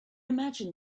imagine